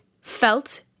felt